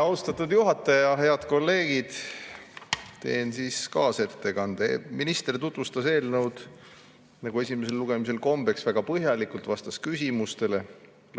Austatud juhataja! Head kolleegid! Teen siis kaasettekande. Minister tutvustas eelnõu, nagu esimesel lugemisel kombeks, väga põhjalikult, vastas küsimustele,